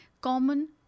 common